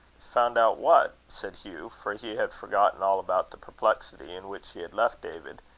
found out what? said hugh for he had forgotten all about the perplexity in which he had left david,